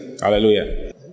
Hallelujah